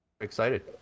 excited